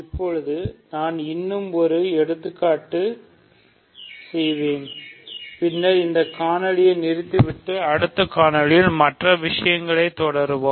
இப்போது நான் இன்னும் ஒரு எடுத்துக்காட்டு செய்வேன் பின்னர் இந்த காணொளி நிறுத்திவிட்டு அடுத்த காணொளியில் மற்ற விஷயங்களுடன் தொடருவோம்